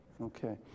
Okay